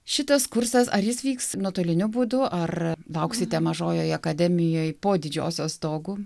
šitas kursas ar jis vyks nuotoliniu būdu ar lauksite mažojoje akademijoj po didžiosios stogu